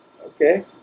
Okay